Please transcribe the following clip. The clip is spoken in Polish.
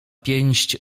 pięść